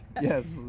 Yes